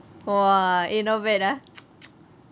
!wah! eh not bad ah